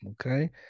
okay